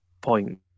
point